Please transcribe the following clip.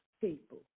people